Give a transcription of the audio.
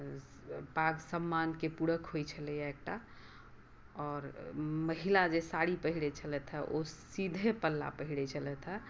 पाग सम्मानके पूरक होइ छलैए एकटा आओर महिला जे साड़ी पहिरै छलथि हेँ ओ सीधे पल्ला पहिरै छलथि हेँ